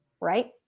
right